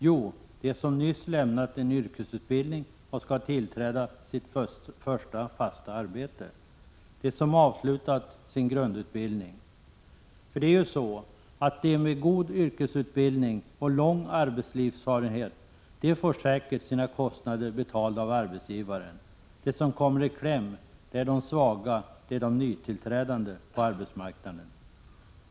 Jo, de som nyss har lämnat en yrkesutbildning och skall tillträda sitt första fasta arbete, de som avslutat sin grundutbildning. De med god yrkesutbildning och lång arbetslivserfarenhet får säkert sina kostnader betalda av arbetsgivaren. Den som kommer i kläm är den svage, den nytillträdande på arbetsmarknaden.